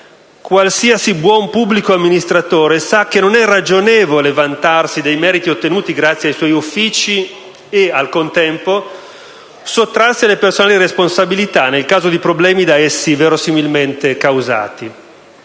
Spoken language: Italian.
qualsiasi buon pubblico amministratore sa che non è ragionevole vantarsi dei meriti ottenuti grazie ai suoi uffici e, al contempo, sottrarsi alle personali responsabilità nel caso di problemi da essi verosimilmente causati.